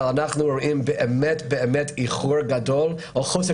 אבל אנחנו רואים איחור גדול או חוסר